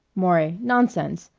maury nonsense!